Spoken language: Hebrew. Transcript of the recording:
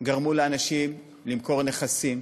גרמו לאנשים למכור נכסים,